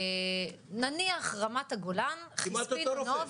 נניח רמת הגולן, חיספין, נוב.